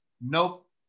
Nope